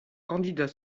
candidat